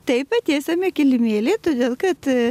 taip patiesiame kilimėlį todėl kad